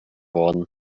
worden